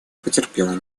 потерпит